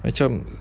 macam